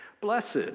Blessed